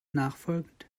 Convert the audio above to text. nachfolgend